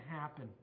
happen